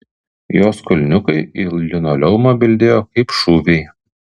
jos kulniukai į linoleumą bildėjo kaip šūviai